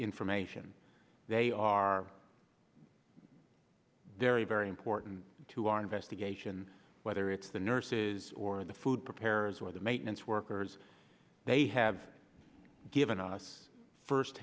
information they are very very important to our investigation whether it's the nurses or the food preparers or the maintenance workers they have given us first